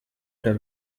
tell